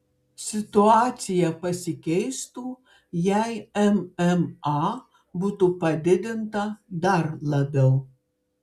situacija pasikeistų jei mma būtų padidinta dar labiau